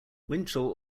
winchell